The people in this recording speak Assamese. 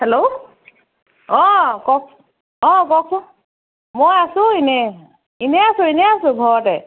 হেল্ল' অ কওক অ কওকচোন মই আছোঁ এনেই এনেই আছোঁ এনেই আছোঁ ঘৰতে